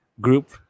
Group